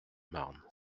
marne